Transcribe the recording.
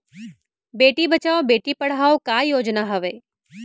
बेटी बचाओ बेटी पढ़ाओ का योजना हवे?